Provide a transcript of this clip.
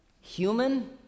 human